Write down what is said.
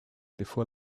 before